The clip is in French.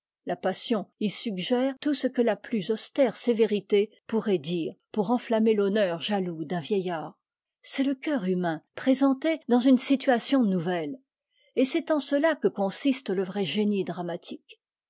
la passion y suggère tout ce que la plus austère sévérité pourrait dire pour enflammer l'honneur jaloux d'un vieillard c'est le cœur humain présenté dans une situation nouvelle et c'est en cela que consiste le vrai génie dramatique